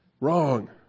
Wrong